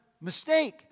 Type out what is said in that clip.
mistake